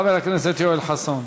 חבר הכנסת יואל חסון.